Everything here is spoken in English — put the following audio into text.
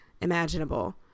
imaginable